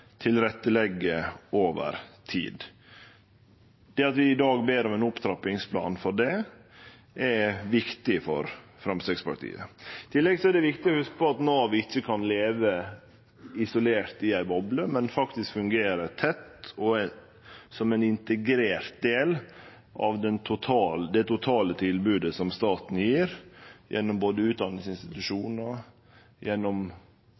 over tid. Det at vi i dag ber om ein opptrappingsplan for det, er viktig for Framstegspartiet. I tillegg er det viktig å hugse på at Nav ikkje kan leve isolert i ei boble, men faktisk må fungere som ein integrert del av det totale tilbodet som staten gjev, gjennom både